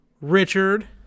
Richard